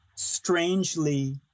strangely